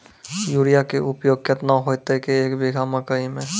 Urea के उपयोग केतना होइतै, एक बीघा मकई मे?